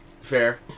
fair